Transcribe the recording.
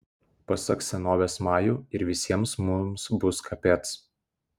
pasak senovės majų ir visiems mums bus kapec